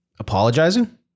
apologizing